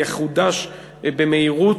יחודש במהירות,